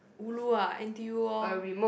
ulu ah n_t_u lor